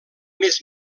més